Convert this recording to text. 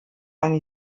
eine